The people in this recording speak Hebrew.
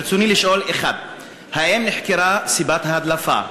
ברצוני לשאול: 1. האם נחקרה סיבת ההדלפה?